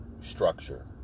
structure